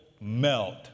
melt